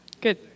Good